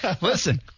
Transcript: Listen